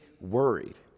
worried